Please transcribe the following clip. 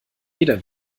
jeder